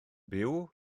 byw